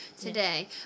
today